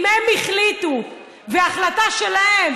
אם הם החליטו וההחלטה שלהם,